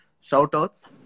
shout-outs